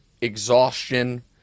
exhaustion